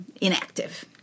inactive